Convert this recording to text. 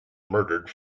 murdered